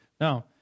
Now